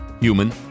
human